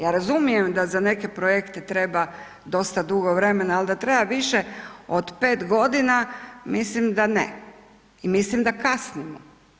Ja razumijem da za neke projekte treba dosta dugo vremena, ali da treba više od pet godina, mislim da ne i mislim da kasnimo.